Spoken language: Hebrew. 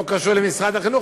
לא קשור למשרד החינוך,